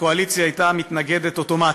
הקואליציה הייתה מתנגדת אוטומטית,